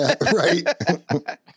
right